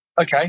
Okay